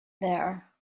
there